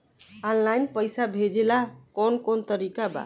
Online पइसा भेजेला कवन कवन तरीका बा?